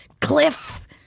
cliff